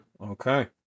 Okay